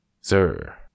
Sir